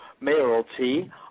mayoralty